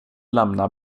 lämna